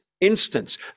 instance